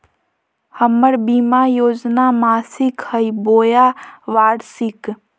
हमर बीमा योजना मासिक हई बोया वार्षिक?